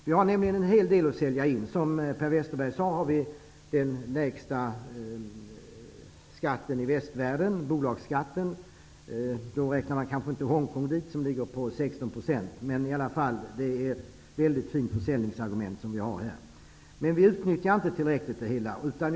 Vi har nämligen en hel del att sälja. Som Per Westerberg sade har vi den lägsta bolagsskatten i Västvärlden. Man räknar kanske inte Hongkong dit som ligger på 16 procent, men det är i varje fall ett mycket fint försäljningsargument, som vi inte tillräckligt utnyttjar.